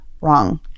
Wrong